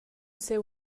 siu